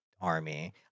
army